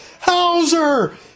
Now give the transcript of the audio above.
Hauser